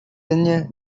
duine